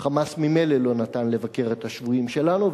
"חמאס" ממילא לא נתן לבקר את השבויים שלנו,